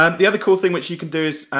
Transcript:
um the other cool thing which you can do is,